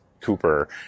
Cooper